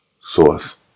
source